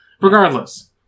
Regardless